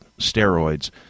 steroids